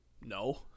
no